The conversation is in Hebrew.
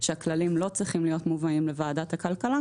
שהכללים לא צריכים להיות מובאים לוועדת הכלכלה,